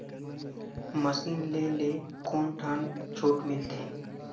Machine ले ले कोन ठन छूट मिलथे?